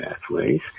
pathways